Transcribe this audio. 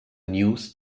news